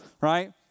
right